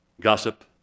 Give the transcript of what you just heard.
gossip